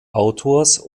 autors